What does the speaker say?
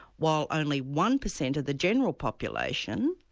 while only one percent of the general population,